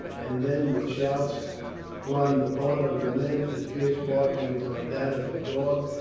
and then, with shouts on the part of the men and fierce barkings on that of the dogs,